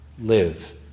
live